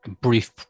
brief